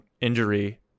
injury